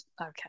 okay